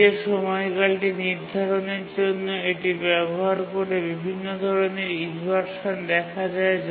নীচে সময়কালটি নির্ধারণের জন্য এটি ব্যবহার করে বিভিন্ন ধরণের ইনভারশান দেখা যায়